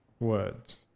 words